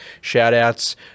shout-outs